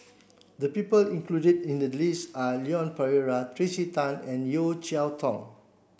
the people included in the list are Leon Perera Tracey Tan and Yeo Cheow Tong